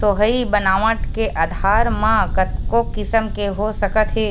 सोहई बनावट के आधार म कतको किसम के हो सकत हे